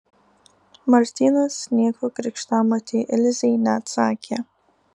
martynas nieko krikštamotei ilzei neatsakė